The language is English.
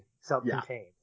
Self-contained